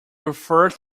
referred